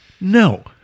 no